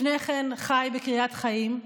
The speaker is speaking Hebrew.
לפני כן חי בקריית חיים.